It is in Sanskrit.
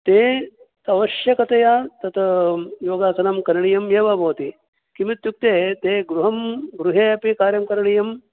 ते आवश्यकतया तत योगासनं करणीयम् एव भवति किम् इत्युक्ते ते गृहं गृहे अपि कार्यं करणीयम्